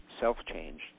self-change